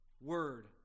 word